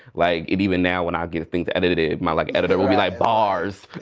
like and even now when i get things edited, my like editor will be like bars.